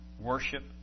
worship